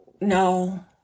No